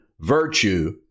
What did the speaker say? virtue